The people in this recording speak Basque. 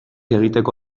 egiteko